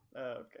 Okay